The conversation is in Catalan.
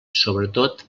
sobretot